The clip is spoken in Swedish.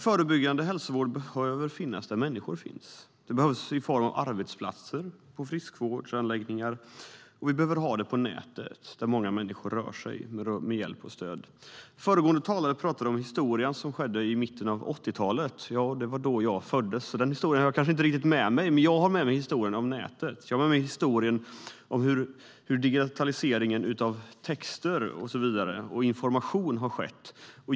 Förebyggande hälsovård behöver finnas där människor finns. Det behövs i form av arbetsplatser, friskvårdsanläggningar och på nätet där många människor rör sig. Föregående talare tog upp historien under mitten av 80-talet. Det var då jag föddes, och den historien har jag inte riktigt med mig. Men jag har med mig historien om nätet. Jag har med mig historien om hur digitaliseringen av texter och information har skett.